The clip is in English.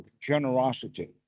generosity